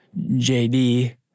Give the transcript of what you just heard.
JD